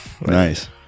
Nice